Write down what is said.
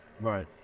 Right